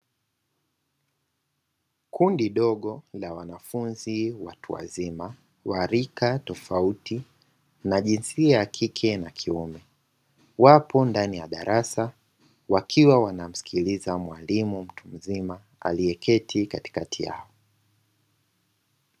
Kundi dogo la wanafunzi watu wazima wa rika tofauti, na jinsia ya kike na kiume wapo ndani ya darasa wakiwa wanamsikiliza mwalimu mtu mzima aliyeketi katikati yao.